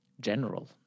general